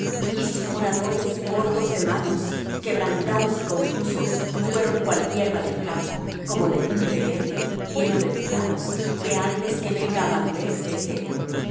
y sus moradores cortos de manos quebrantados y confusos fueron cual hierba del campo como legumbre verde y heno de los tejados que antes que venga á madurez es seco